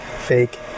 fake